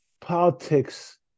politics